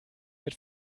wird